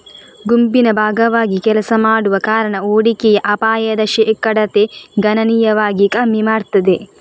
ಗುಂಪಿನ ಭಾಗವಾಗಿ ಕೆಲಸ ಮಾಡುವ ಕಾರಣ ಹೂಡಿಕೆಯ ಅಪಾಯದ ಶೇಕಡತೆ ಗಣನೀಯವಾಗಿ ಕಮ್ಮಿ ಮಾಡ್ತದೆ